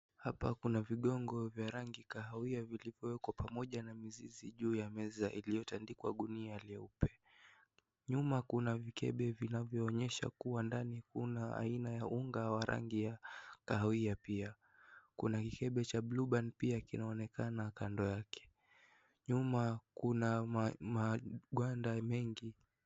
Hapa kuna vigongo vya rangi kahawia vilivyo wekwa pamoja na mizizi juu ya meza ilio tandikwa gunia leupe, nyuma kuna vikebe vinavyo onyesha kuwa ndani kuna unga wa rangi ya kahawia pia, kuna kikebe cha (cs)blueband(cs) pia kinaonekana kando yake, nyuma kuna ma ma guanda mengi.